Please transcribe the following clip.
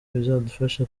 bizadufasha